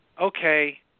Okay